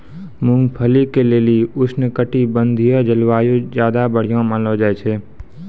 मूंगफली के लेली उष्णकटिबंधिय जलवायु ज्यादा बढ़िया मानलो जाय छै